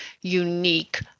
unique